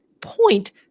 point